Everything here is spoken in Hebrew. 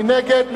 מי נגד?